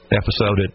episode